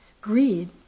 greed